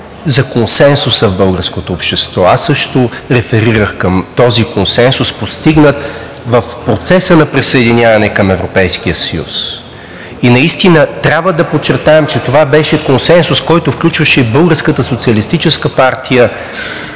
за консенсуса в българското общество. Аз също реферирах към този консенсус, постигнат в процеса на присъединяване към Европейския съюз. И наистина трябва да подчертаем, че това беше консенсус, който включваше и Българската социалистическа партия